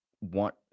want